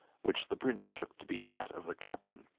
which the prince took to be that of the captain.